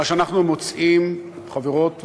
מה שאנחנו מוצאים, חברות וחברים,